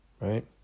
Right